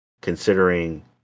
considering